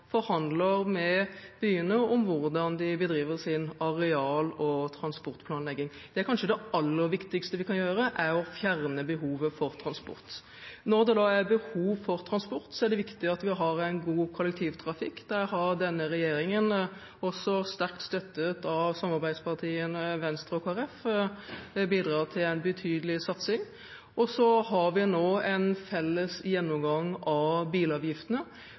forhandler med byene om hvordan de bedriver sin areal- og transportplanlegging. Det kanskje aller viktigste vi kan gjøre, er å fjerne behovet for transport. Når det da er behov for transport, er det viktig at vi har en god kollektivtrafikk. Der har denne regjeringen, også sterkt støttet av samarbeidspartiene, Venstre og Kristelig Folkeparti, bidratt til en betydelig satsing. Og så har vi nå en felles gjennomgang av bilavgiftene